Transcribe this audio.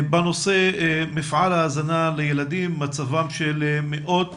בנושא הפעלת מפעל ההזנה לילדים, מצבם של מאות